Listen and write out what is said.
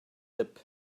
lip